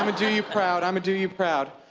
ah do you proud, i'm a do you proud.